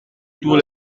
tous